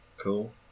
Cool